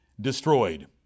destroyed